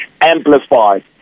amplified